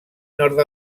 nord